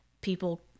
people